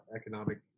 economic